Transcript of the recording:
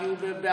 כי הוא בעבודה,